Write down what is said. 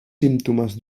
símptomes